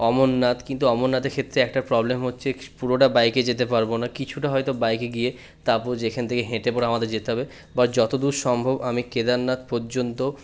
অমরনাথ কিন্তু অমরনাথের ক্ষেত্রে একটা প্রবলেম হচ্ছে পুরোটা বাইকে যেতে পারবো না কিছুটা হয়তো বাইকে গিয়ে তারপর যেখান থেকে হেঁটে পরে আমাদের যেতে হবে বা যতদূর সম্ভব আমি কেদারনাথ পর্যন্ত